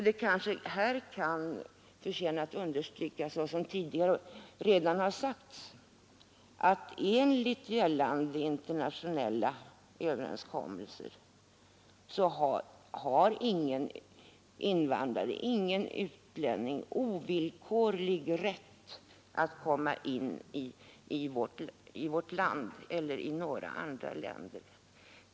Det kanske här kan förtjäna att understrykas, såsom tidigare redan sagts, att enligt gällande internationella överenskommelser har ingen invandrare, ingen utlänning, ovillkorlig rätt att komma in i vårt land eller några andra länder.